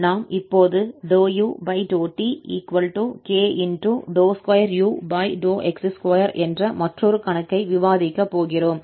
நாம் இப்போது ∂u∂tk2ux2 என்ற மற்றொரு கணக்கை விவாதிக்கப் போகிறோம்